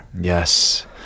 Yes